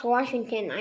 Washington